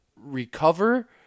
recover